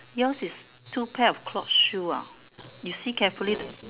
yours is two pair of clock shoe ah you see carefully the